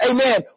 Amen